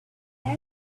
that